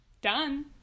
done